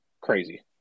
crazy